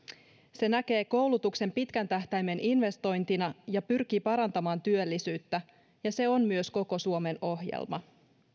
se näkee koulutuksen pitkän tähtäimen investointina ja pyrkii parantamaan työllisyyttä ja se on myös koko suomen ohjelma